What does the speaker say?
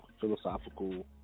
philosophical